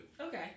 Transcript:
Okay